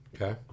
Okay